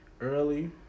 early